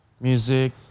music